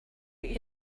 you